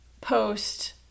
post